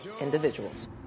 individuals